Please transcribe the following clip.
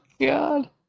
God